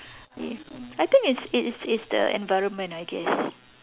I think it's it is it is the environment ah I guess